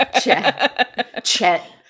Chet